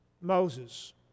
Moses